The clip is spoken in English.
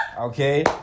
Okay